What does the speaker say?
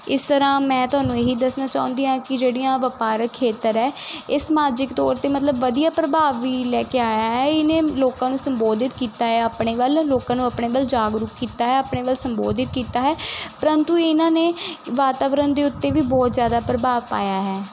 ਇਸ ਤਰ੍ਹਾਂ ਮੈਂ ਤੁਹਾਨੂੰ ਇਹੀ ਦੱਸਣਾ ਚਾਹੁੰਦੀ ਹਾਂ ਕਿ ਜਿਹੜੀਆਂ ਵਪਾਰਕ ਖੇਤਰ ਹੈ ਇਹ ਸਮਾਜਿਕ ਤੌਰ 'ਤੇ ਮਤਲਬ ਵਧੀਆ ਪ੍ਰਭਾਵ ਵੀ ਲੈ ਕੇ ਆਇਆ ਹੈ ਇਹਨੇ ਲੋਕਾਂ ਨੂੰ ਸੰਬੋਧਿਤ ਕੀਤਾ ਆ ਆਪਣੇ ਵੱਲ ਲੋਕਾਂ ਨੂੰ ਆਪਣੇ ਵੱਲ ਜਾਗਰੂਕ ਕੀਤਾ ਹੈ ਆਪਣੇ ਵੱਲ ਸੰਬੋਧਿਤ ਕੀਤਾ ਹੈ ਪਰੰਤੂ ਇਹਨਾਂ ਨੇ ਵਾਤਾਵਰਨ ਦੇ ਉੱਤੇ ਵੀ ਬਹੁਤ ਜ਼ਿਆਦਾ ਪ੍ਰਭਾਵ ਪਾਇਆ ਹੈ